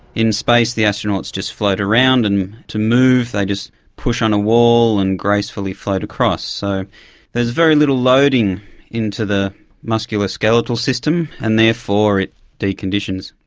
in space the astronauts just float around, and to move they just push on a wall and gracefully float across. so there's very little loading into the musculoskeletal system, and therefore it de-conditions.